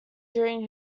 during